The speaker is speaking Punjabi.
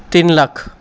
ਤਿੰਨ ਲੱਖ